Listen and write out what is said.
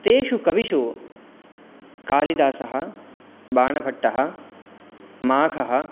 तेषु कविषु कालिदासः बाणभट्टः माघः